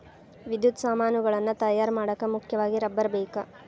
ವಿದ್ಯುತ್ ಸಾಮಾನುಗಳನ್ನ ತಯಾರ ಮಾಡಾಕ ಮುಖ್ಯವಾಗಿ ರಬ್ಬರ ಬೇಕ